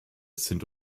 sind